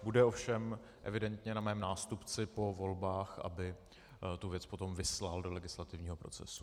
Bude ovšem evidentně na mém nástupci po volbách, aby tu věc potom vyslal do legislativního procesu.